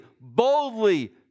boldly